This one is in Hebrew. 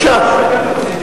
בעד.